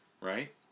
right